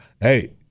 Hey